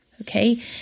okay